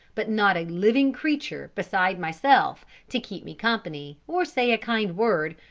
but not a living creature beside myself to keep me company, or say a kind word,